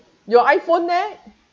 your iphone leh